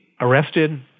arrested